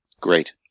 Great